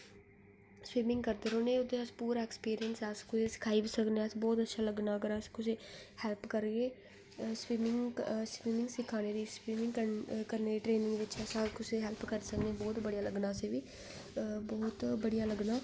swimming करदे रौहन्ने उत्थै पूरा एक्सपिरियंस ऐ उत्थै अस सिखाई बी सकने बहुत अच्छा लग्गना अगर अस कुसेगी हैल्प करगे स्बिमिंग सिखाने दी स्बिमिंग करने दी ट्रेनिंग बिच अगर कुसै दी हैल्प करी सकने ते बहुत बढ़िया लग्गना असें गी बी बहुत बढ़िया लग्गना